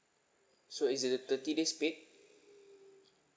so is the thirty days paid